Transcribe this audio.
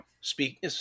speak